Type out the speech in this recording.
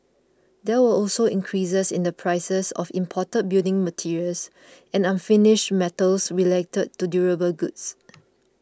there were also increases in the prices of imported building materials and unfinished metals related to durable goods